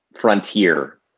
frontier